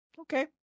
okay